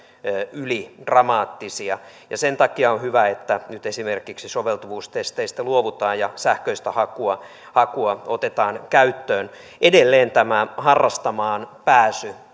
ylidramaattisia ja sen takia on on hyvä että nyt esimerkiksi soveltuvuustesteistä luovutaan ja sähköistä hakua hakua otetaan käyttöön edelleen tämä harrastamaan pääsy